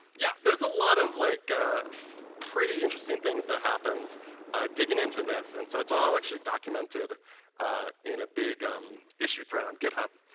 yeah, there's a lot of like ah of pretty interesting things that happened digging into this. and so it's all actually documented in a big um issue thread on github.